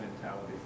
mentality